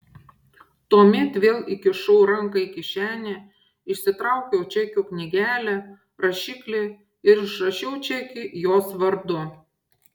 tuomet vėl įkišau ranką į kišenę išsitraukiau čekių knygelę rašiklį ir išrašiau čekį jos vardu